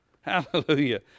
Hallelujah